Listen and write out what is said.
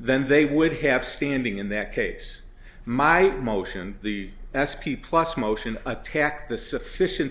then they would have standing in that case my motion the s p plus motion attack the sufficien